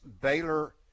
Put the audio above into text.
Baylor